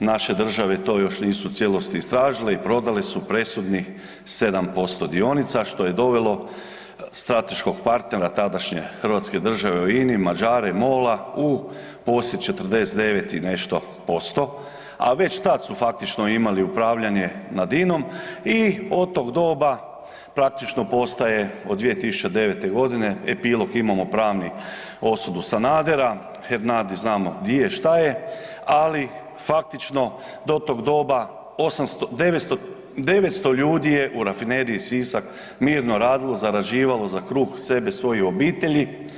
naše države to još nisu u cijelosti istražile i prodale su presudnih 7% dionica, što je dovelo strateškog partnera, tadašnje hrvatske države, INA-i, Mađare, MOL-a u posjed 49 i nešto posto, a već tad su praktično imali upravljanje nad INA-om i od tog doba praktično postaje, od 2009., epilog imamo pravni osudu Sanadera, Hernadi znamo di je, šta je, ali faktično, do tog doba 800, 900, 900 ljudi je u Rafineriji Sisak mirno radilo, zarađivalo za kruh sebi i svojoj obitelji.